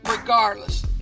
Regardless